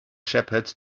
shepherd